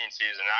season